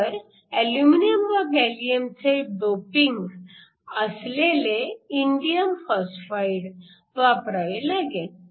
तर अल्युमिनियम व गॅलीअमचे डोपिंग असलेले इंडिअम फॉस्फाईड वापरावे लागेल